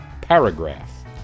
paragraph